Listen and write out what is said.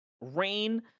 rain